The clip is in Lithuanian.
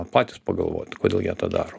patys pagalvot kodėl jie tą daro